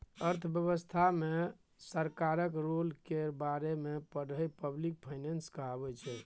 अर्थव्यवस्था मे सरकारक रोल केर बारे मे पढ़ब पब्लिक फाइनेंस कहाबै छै